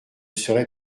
serais